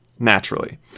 naturally